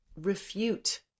refute